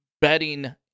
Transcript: betting